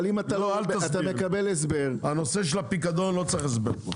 אם אתה מקבל הסבר -- בנושא של הפיקדון לא צריך הסבר.